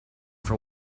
for